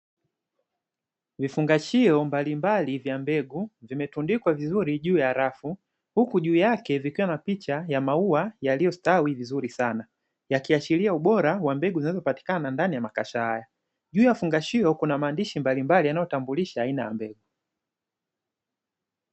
Vifungashio mbalimbali vya mbegu vimetundikwa vizuri juu ya rafu, huku juu yake vikiwa na picha ya maua yaliyostawi vizuri sana, yakiashiria ubora wa mbegu zinazopatikana ndani ya makasha haya. Juu ya vifungashio kuna maandishi mbalimbali yanayotambulisha aina ya mbegu.